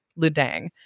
Ludang